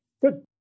good